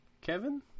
Kevin